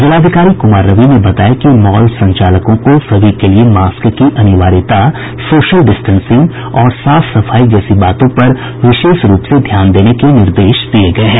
जिलाधिकारी कुमार रवि ने बताया कि मॉल संचालकों को सभी के लिए मास्क की अनिवार्यता सोशल डिस्टेंसिंग और साफ सफाई जैसी बातों पर विशेष रूप से ध्यान देने के निर्देश दिये गये हैं